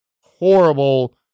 horrible